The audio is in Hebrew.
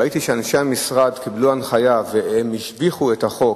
ראיתי שאנשי המשרד קיבלו הנחיה והם השביחו את החוק: